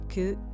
que